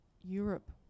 Europe